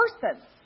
person